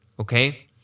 Okay